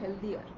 healthier